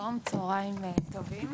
שלום וצהרים טובים.